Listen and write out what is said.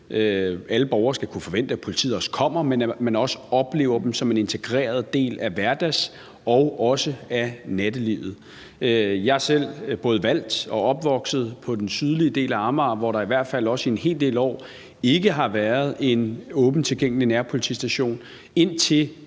alle borgere skal kunne forvente, at politiet også kommer – men også oplever dem som en integreret del af hverdags- og nattelivet. Jeg er selv både valgt og opvokset på den sydlige del af Amager, hvor der i hvert fald også i en hel del år ikke har været en åbent tilgængelig nærpolitistation, indtil